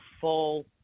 full